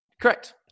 Correct